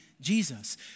Jesus